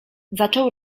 zaczął